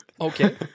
Okay